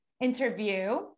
interview